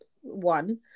one